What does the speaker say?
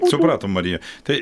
supratom marija tai